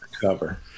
cover